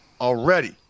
Already